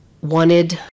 wanted